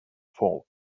fall